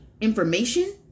information